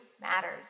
matters